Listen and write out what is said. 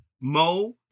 Mo